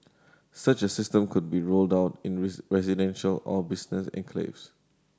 such a system could be rolled out in residential or business enclaves